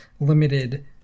limited